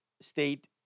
State